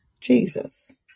Jesus